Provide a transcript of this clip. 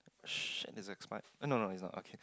shit is expired no no it's not okay